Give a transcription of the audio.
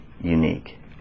unique